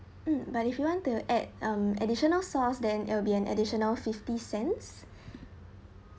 mm but if you want to add an additional source then it'll be an additional fifty cents